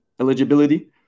eligibility